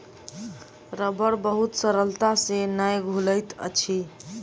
रबड़ बहुत सरलता से नै घुलैत अछि